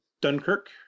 Dunkirk